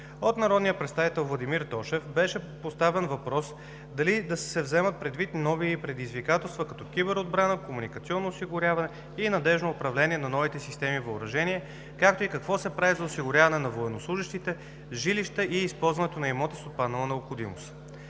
От народния представител Владимир Тошев беше поставен въпрос дали се вземат предвид нови предизвикателства, като киберотбрана, комуникационно осигуряване и надеждно управление на новите системи въоръжение, както и какво се прави за осигуряване на военнослужещите с жилища и използването на имоти с отпаднала необходимост.